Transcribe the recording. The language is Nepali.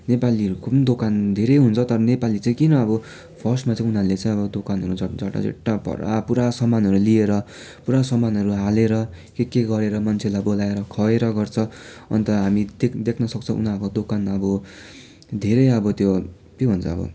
नेपालीहरूको दोकान धेरै हुन्छ तर नेपाली चाहिँ किन अब फर्स्टमा चाहिँ उनीहरूले चाहिँ त्यो अब दोकानहरू झट झराझुट्टै पुरा सामानहरू लिएर पूरा सामानहरू हालेर के के गरेर मान्छेहरूलाई बोलाएर खुवाएर गर्छ अन्त हामी देख्न सक्छौँ उनीहरूको दोकान अब धेरै अब त्यो के भन्छ अब